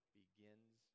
begins